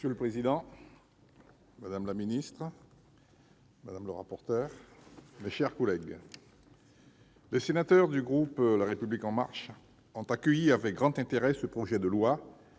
Monsieur le président, madame la ministre, madame la rapporteur, mes chers collègues, les sénateurs du groupe La République En Marche ont accueilli avec grand intérêt ce projet de loi